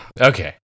Okay